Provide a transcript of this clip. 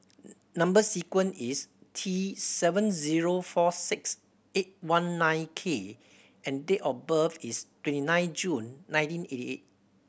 number sequence is T seven zero four six eight one nine K and date of birth is twenty nine June nineteen eighty eight